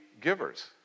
givers